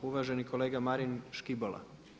Uvaženi kolega Marin Škibola.